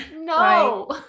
no